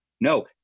No